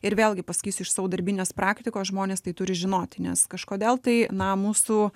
ir vėlgi pasakysiu iš savo darbinės praktikos žmonės tai turi žinoti nes kažkodėl tai na mūsų